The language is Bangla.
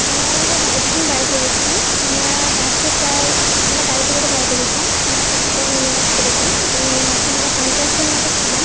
আমরা এবারে দার্জিলিং বেড়াতে গেছিলাম আমরা বাসে প্রায় আমরা গাড়িতে করে বেড়াতে গেছিলাম একটা ছোটো মিনিবাস করেছিলাম তো মিনিবাসে আমরা পঞ্চাশজন মতো ছিলাম